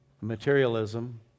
materialism